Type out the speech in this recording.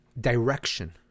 direction